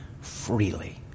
freely